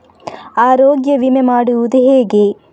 ಆರೋಗ್ಯ ವಿಮೆ ಮಾಡುವುದು ಹೇಗೆ?